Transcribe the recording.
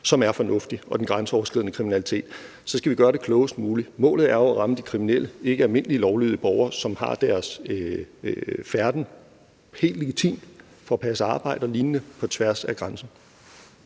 er at bekæmpe den grænseoverskridende kriminalitet, som er fornuftigt, skal vi gøre det klogest muligt. Målet er jo at ramme de kriminelle, ikke almindelige lovlydige borgere, som færdes helt legitimt for at passe arbejde og lignende på tværs af grænsen.